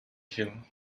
here